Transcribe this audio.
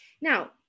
Now